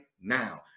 now